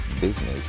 business